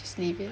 just leave it